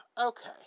Okay